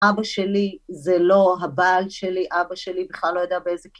אבא שלי זה לא הבעל שלי, אבא שלי בכלל לא יודע באיזה...